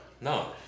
No